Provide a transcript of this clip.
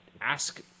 ask